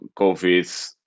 COVID